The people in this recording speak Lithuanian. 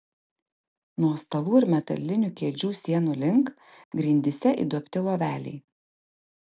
nuo stalų ir metalinių kėdžių sienų link grindyse įduobti loveliai